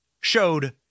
showed